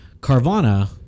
Carvana